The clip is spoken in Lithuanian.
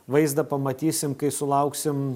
vaizdą pamatysim kai sulauksim